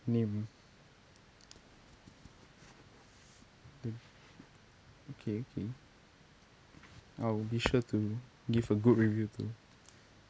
name the okay okay I'll be sure to give a good review too